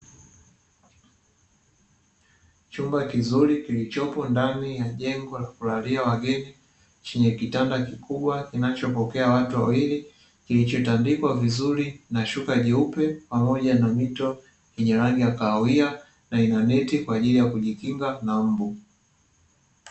Chumba kizuri kilichopo ndani ya jengo la kulalia wageni, chenye kitanda kikubwa kinachopokea watu wawili, kilichotandikwa vizuri na shuka jeupe pamoja na mito yenye rangi ya kahawia, na ina neti kwa ajili ya kujikinga na mmbu.